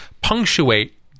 punctuate